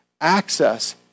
access